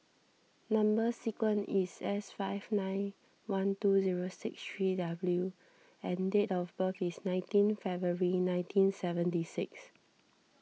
Number Sequence is S five nine one two zero six three W and date of birth is nineteen February nineteen seventy six